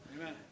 Amen